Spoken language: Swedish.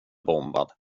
bombad